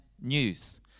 news